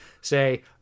say